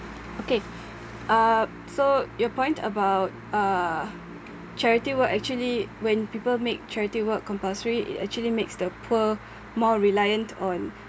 okay uh so your point about uh charity work actually when people make charity work compulsory it actually makes the poor more reliant on